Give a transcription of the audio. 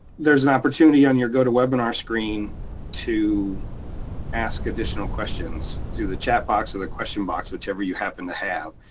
there's an opportunity on your gotowebinar screen to ask additional questions through the chat box or the question box, whichever you happen to have.